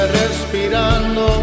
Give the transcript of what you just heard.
respirando